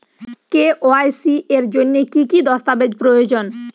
KYC এর জন্যে কি কি দস্তাবেজ প্রয়োজন?